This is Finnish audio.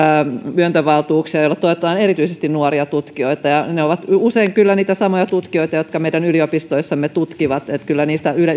myöntövaltuuksia joilla tuetaan erityisesti nuoria tutkijoita ne ovat usein kyllä niitä samoja tutkijoita jotka meidän yliopistoissamme tutkivat niin että kyllä niistä